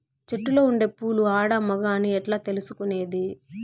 చెట్టులో ఉండే పూలు ఆడ, మగ అని ఎట్లా తెలుసుకునేది?